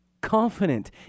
confident